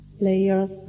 layers